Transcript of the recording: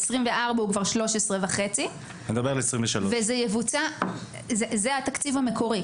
ב-2024 הוא כבר 13.5. אני מדבר על 2023. זה התקציב המקורי,